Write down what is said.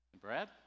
Brad